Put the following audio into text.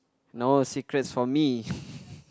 no secrets for me